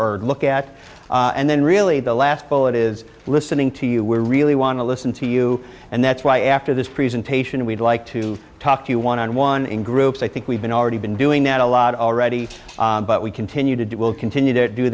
or look at and then really the last bullet is listening to you we're really want to listen to you and that's why after this presentation we'd like to talk to one hundred one in groups i think we've been already been doing that a lot already but we continue to do will continue to do